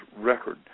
record